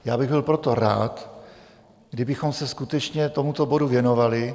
Já bych byl proto rád, kdybychom se skutečně tomuto bodu věnovali.